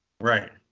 Right